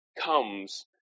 comes